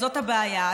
זאת הבעיה.